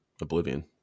Oblivion